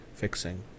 fixing